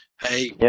hey